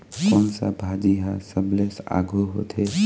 कोन सा भाजी हा सबले आघु होथे?